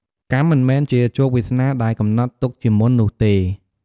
កម្មមិនមែនជាជោគវាសនាដែលកំណត់ទុកជាមុននោះទេ។